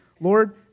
Lord